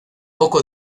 poco